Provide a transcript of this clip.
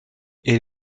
elle